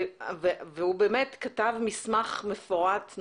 הוא כתב מסמך מפורט,